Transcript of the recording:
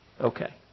Okay